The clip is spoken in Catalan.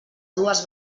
dues